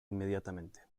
inmediatamente